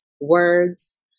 words